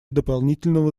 дополнительного